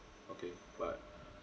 okay but